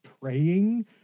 praying